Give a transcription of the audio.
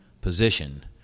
position